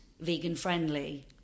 vegan-friendly